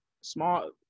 small